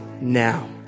now